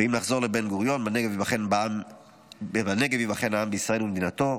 ואם נחזור לבן-גוריון: "בנגב ייבחן העם בישראל ומדינתו".